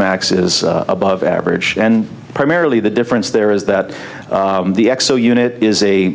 is above average and primarily the difference there is that the xo unit is a